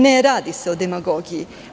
Ne radi se o demagogiji.